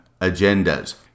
agendas